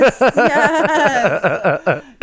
Yes